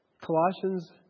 Colossians